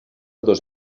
dos